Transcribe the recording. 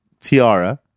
tiara